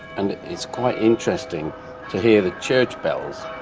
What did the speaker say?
and it's quite interesting to hear the church bells